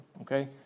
okay